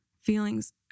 feelings